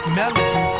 melody